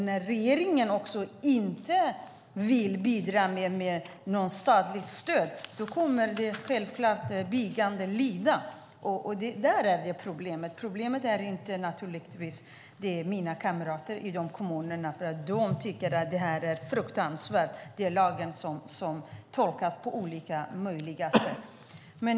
När regeringen inte vill bidra med statligt stöd kommer byggandet självfallet att bli lidande. Där är det problem. Problemet är naturligtvis inte mina kamrater i kommunerna, för de tycker att detta är fruktansvärt, att lagen tolkas på alla möjliga sätt.